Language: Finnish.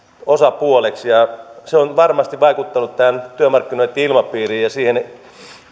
osapuoleksi ja se on varmasti vaikuttanut tähän työmarkkinoitten ilmapiiriin ja siihen